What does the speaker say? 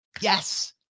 Yes